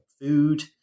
food